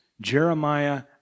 Jeremiah